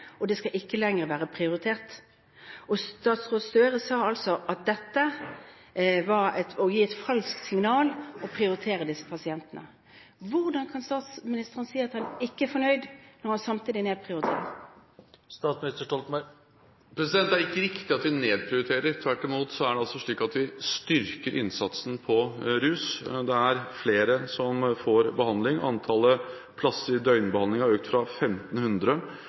og det skal ikke lenger være prioritert. Og statsråd Gahr Støre sa altså at dette – å prioritere disse pasientene – var å gi et falsk signal. Hvordan kan statsministeren si at han ikke er fornøyd, når han samtidig nedprioriterer? Det er ikke riktig at vi nedprioriterer. Tvert imot styrker vi innsatsen på rus. Det er flere som får behandling: Antallet plasser i døgnbehandling har økt fra